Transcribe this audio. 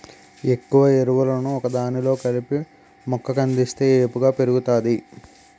ఎక్కువ ఎరువులను ఒకదానిలో కలిపి మొక్క కందిస్తే వేపుగా పెరుగుతాది